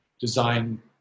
design